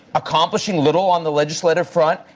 accomplishing little on the legislative front,